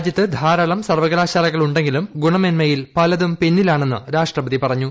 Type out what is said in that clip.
രാജ്യത്ത് ധാരാളം സർവകലാശാലകൾ ഉണ്ടെങ്കിലും ഗുണമേന്മയിൽ പലതും പിന്നിലാണെന്ന് രാഷ്ട്രപതി പറഞ്ഞു